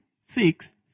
Six